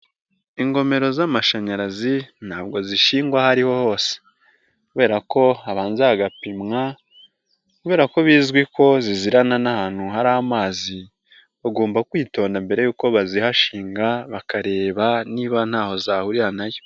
Ingomero z'amashanyarazi ntabwo zishingwa aho ari ho hose kubera ko habanza hagapimwa kubera ko bizwi ko zizirana n'ahantu hari amazi, bagomba kwitonda mbere y'uko bazihashinga, bakareba niba ntaho zahurira na yo.